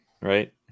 right